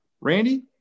Randy